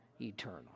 eternal